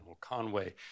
Conway